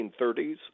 1930s